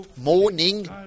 morning